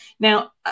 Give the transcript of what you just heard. Now